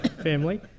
family